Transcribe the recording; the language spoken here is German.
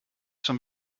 schon